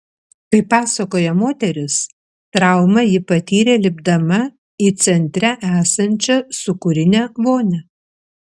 kaip pasakoja moteris traumą ji patyrė lipdama į centre esančią sūkurinę vonią